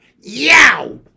Yow